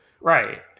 Right